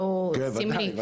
לא סמלי.